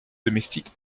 domestiques